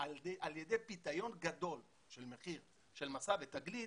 שהן על ידי פיתיון גדול של מחיר של 'מסע' ו'תגלית',